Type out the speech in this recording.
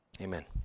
Amen